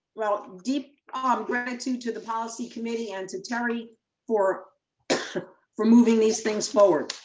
well, deep um gratitude to the policy committee and to terry for for moving these things forward.